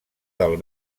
del